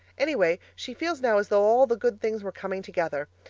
anyway, she feels now as though all the good things were coming together.